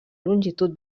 longitud